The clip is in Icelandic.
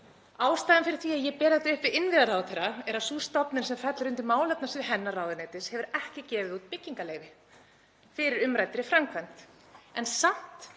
Ástæðan fyrir því að ég ber þetta upp við innviðaráðherra er að sú stofnun sem fellur undir málefnasvið hennar ráðuneytis hefur ekki gefið út byggingarleyfi fyrir umræddri framkvæmd